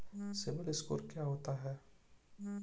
CIBIL score क्या होता है?